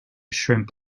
shrimp